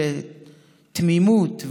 של תמימות,